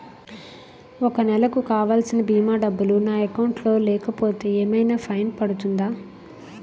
ఒక నెలకు కావాల్సిన భీమా డబ్బులు నా అకౌంట్ లో లేకపోతే ఏమైనా ఫైన్ పడుతుందా?